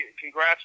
congrats